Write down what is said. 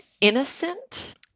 innocent